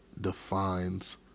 defines